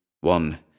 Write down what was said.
One